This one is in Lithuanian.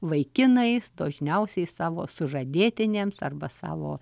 vaikinais dažniausiai savo sužadėtinėms arba savo